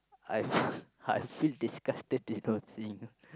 I I feel disgusted you know seeing